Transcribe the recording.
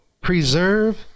preserve